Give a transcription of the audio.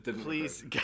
please